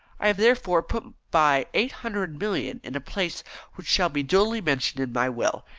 i have, therefore, put by eight hundred million in a place which shall be duly mentioned in my will,